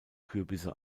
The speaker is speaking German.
kürbisse